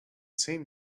same